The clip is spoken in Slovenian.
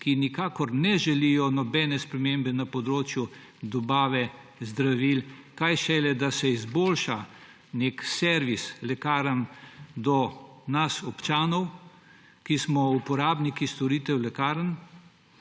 ki nikakor ne želijo nobene spremembe na področju dobave zdravil, kaj šele da se izboljša servis lekarn do nas občanov, ki smo uporabniki storitev lekarn.